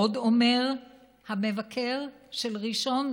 עוד אומר המבקר של ראשון,